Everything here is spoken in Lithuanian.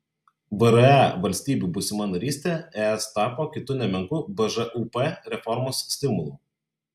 vre valstybių būsima narystė es tapo kitu nemenku bžūp reformos stimulu